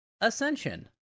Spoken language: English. Ascension